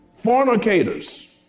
Fornicators